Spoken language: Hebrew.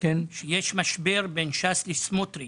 שיש משבר בין ש"ס לסמוטריץ'.